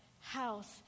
house